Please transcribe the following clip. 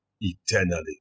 eternally